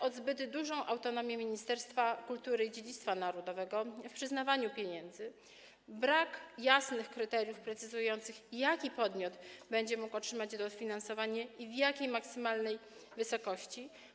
O zbyt dużą autonomię Ministerstwa Kultury i Dziedzictwa Narodowego w przyznawaniu pieniędzy, brak jasnych kryteriów precyzujących, jaki podmiot będzie mógł otrzymać dofinansowanie i w jakiej maksymalnej wysokości.